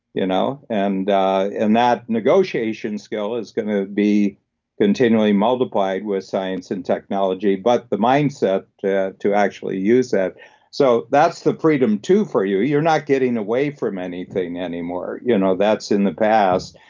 you know and and that negotiation skill is going to be continually multiplied with science and technology, but the mindset to to actually use that so, that's the freedom to for you. you're not getting away from anything anymore you know that's in the past.